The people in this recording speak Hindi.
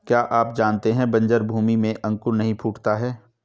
क्या आप जानते है बन्जर भूमि में अंकुर नहीं फूटता है?